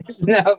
No